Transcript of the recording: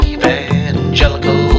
Evangelical